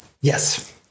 Yes